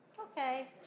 Okay